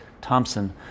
Thompson